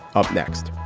up next